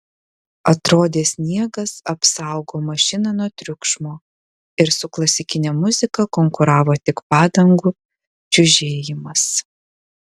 atrodė sniegas apsaugo mašiną nuo triukšmo ir su klasikine muzika konkuravo tik padangų čiužėjimas